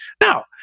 Now